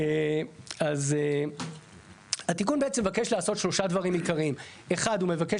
אז התיקון בעצם מבקש לעשות שלושה דברים עיקריים: 1. הוא מבקש